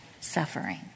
suffering